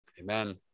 Amen